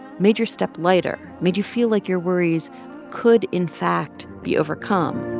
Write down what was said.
made your step lighter, made you feel like your worries could in fact be overcome